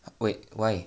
wait why